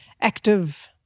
active